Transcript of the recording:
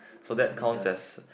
so that counts as